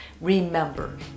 Remember